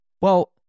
Well-